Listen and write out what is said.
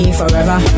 forever